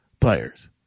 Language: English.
players